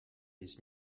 his